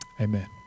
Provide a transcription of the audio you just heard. amen